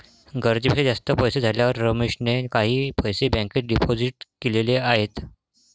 गरजेपेक्षा जास्त पैसे झाल्यावर रमेशने काही पैसे बँकेत डिपोजित केलेले आहेत